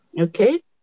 Okay